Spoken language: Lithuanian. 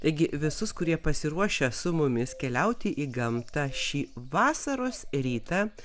taigi visus kurie pasiruošę su mumis keliauti į gamtą šį vasaros rytą